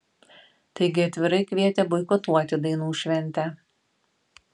taigi atvirai kvietė boikotuoti dainų šventę